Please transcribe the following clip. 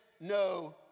no